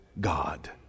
God